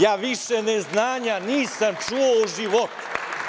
Ja više neznanja nisam čuo u životu.